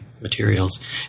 materials